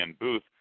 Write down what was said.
booth